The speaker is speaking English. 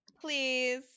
Please